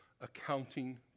accounting